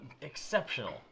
exceptional